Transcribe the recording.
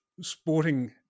sporting